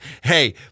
hey